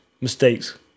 mistakes